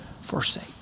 forsake